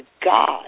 God